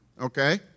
okay